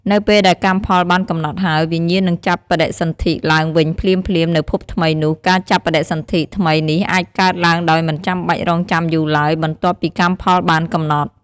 នៅពេលដែលកម្មផលបានកំណត់ហើយ វិញ្ញាណនឹងចាប់បដិសន្ធិឡើងវិញភ្លាមៗនៅភពថ្មីនោះ ការចាប់បដិសន្ធិថ្មីនេះអាចកើតឡើងដោយមិនបាច់រង់ចាំយូរឡើយ បន្ទាប់ពីកម្មផលបានកំណត់។